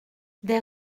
des